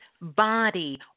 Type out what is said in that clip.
body